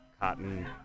cotton